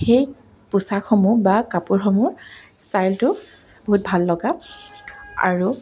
সেই পোচাকসমূহ বা কাপোৰসমূহ ষ্টাইলটো বহুত ভাল লগা আৰু